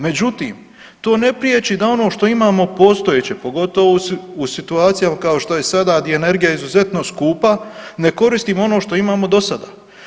Međutim, to ne prijeći da ono što imamo postojeće pogotovo u situacijama kao što je sada di je energija izuzetno skupa ne koristimo ono što imamo dosada.